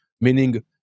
meaning